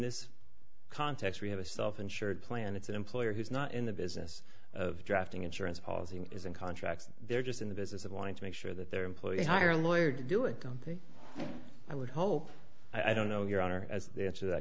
this context we have a self insured plan it's an employer who's not in the business of drafting insurance policy and isn't contracts they're just in the business of wanting to make sure that their employees hire a lawyer to do it company i would hope i don't know your honor as they answer that